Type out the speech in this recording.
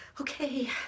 Okay